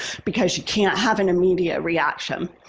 because she can't have an immediate reaction.